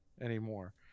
anymore